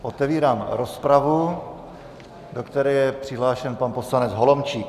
Otevírám rozpravu, do které je přihlášen pan poslanec Holomčík.